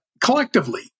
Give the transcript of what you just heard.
collectively